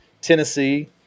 Tennessee